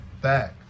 back